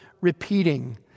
repeating